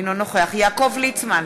אינו נוכח יעקב ליצמן,